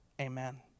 Amen